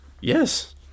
Yes